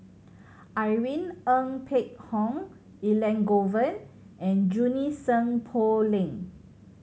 Irene Ng Phek Hoong Elangovan and Junie Sng Poh Leng